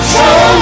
Show